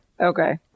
Okay